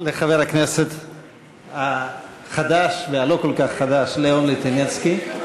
לחבר הכנסת החדש והלא-כל-כך חדש לאון ליטינצקי.